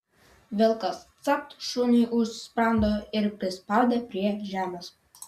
vilkas capt šuniui už sprando ir prispaudė prie žemės